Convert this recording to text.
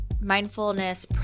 mindfulness